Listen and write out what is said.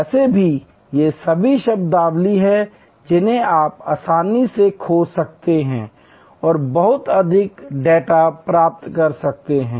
वैसे भी ये सभी शब्दावली हैं जिन्हें आप आसानी से खोज सकते हैं और बहुत अधिक डेटा प्राप्त कर सकते हैं